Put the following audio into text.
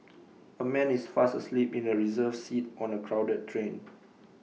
A man is fast asleep in A reserved seat on A crowded train